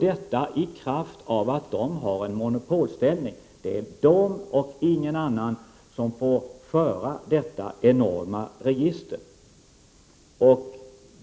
detta i kraft av att VPC har en monopolställning. Det är VPC och ingen annan som får föra detta enorma register.